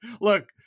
Look